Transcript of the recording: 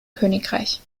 königreich